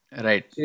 right